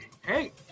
hey